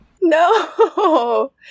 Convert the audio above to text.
No